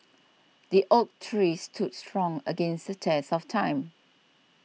the oak tree stood strong against the test of time